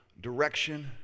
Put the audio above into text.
direction